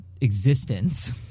existence